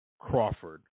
Crawford